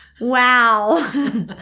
Wow